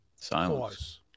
Silence